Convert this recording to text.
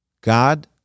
God